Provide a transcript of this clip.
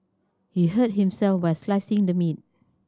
he hurt himself while slicing the meat